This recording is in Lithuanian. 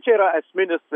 čia yra esminis